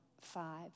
five